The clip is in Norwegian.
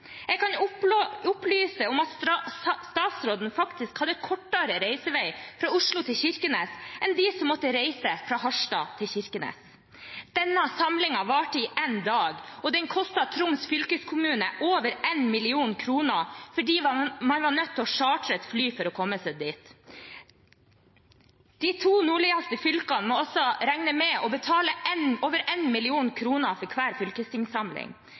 Jeg kan opplyse om at statsråden faktisk hadde kortere reisevei fra Oslo til Kirkenes enn de som måtte reise fra Harstad til Kirkenes. Denne samlingen varte én dag, og den kostet Troms fylkeskommune over 1 mill. kr fordi man var nødt til å chartre et fly for å komme seg dit. De to nordligste fylkene må altså regne med å betale over 1 mill. kr for hver fylkestingssamling.